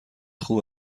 خوب